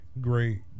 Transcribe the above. great